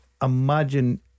imagine